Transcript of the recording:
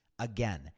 Again